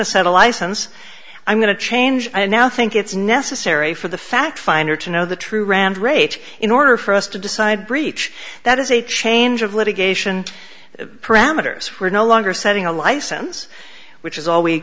to set a license i'm going to change i now think it's necessary for the fact finder to know the true rand rate in order for us to decide breach that is a change of litigation parameters we're no longer setting a license which is all we